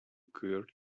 cured